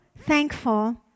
thankful